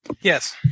Yes